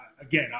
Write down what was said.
again